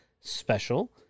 special